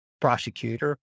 prosecutor